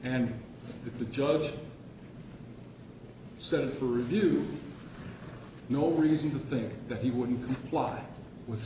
and the judge said to review no reason to think that he wouldn't comply with